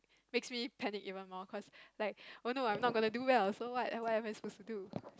makes me panic even more cause like oh no I'm not gonna do well so what what am I supposed to do